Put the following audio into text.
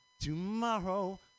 tomorrow